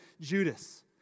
Judas